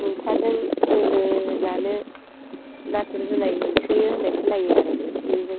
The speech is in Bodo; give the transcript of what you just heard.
मैथाजों दोलो जानो नाथुर जुनाय मोनसोयो होनाय खोनायो आरो नोंसिनिजों